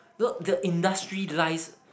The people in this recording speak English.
the the industry lies